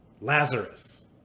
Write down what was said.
Lazarus